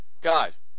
Guys